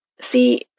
See